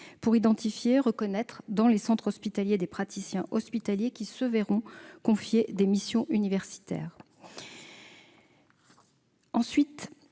à identifier et à reconnaître, dans les centres hospitaliers, des praticiens hospitaliers qui se verront confier des missions universitaires. Il